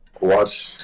watch